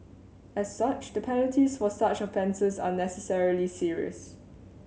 as such the penalties for such offences are necessarily serious